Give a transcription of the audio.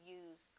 use